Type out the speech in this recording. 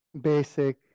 basic